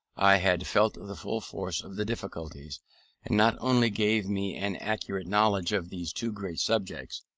i had felt the full force of the difficulties and not only gave me an accurate knowledge of these two great subjects,